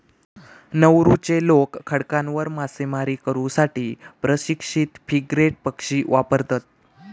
नौरूचे लोक खडकांवर मासेमारी करू साठी प्रशिक्षित फ्रिगेट पक्षी वापरतत